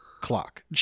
clock